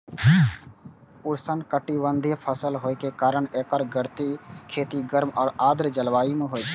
उष्णकटिबंधीय फसल होइ के कारण एकर खेती गर्म आ आर्द्र जलवायु मे होइ छै